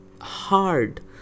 hard